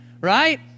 right